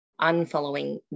unfollowing